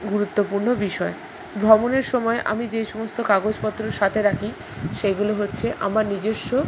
গুরুত্বপূর্ণ বিষয় ভ্রমণের সময় আমি যেই সমস্ত কাগজপত্র সাথে রাখি সেগুলো হচ্ছে আমার নিজেস্ব